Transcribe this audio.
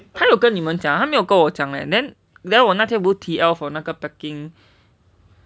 他有跟你们讲啊他没有跟我讲 leh then then 我那天 book T_L for 那个 packing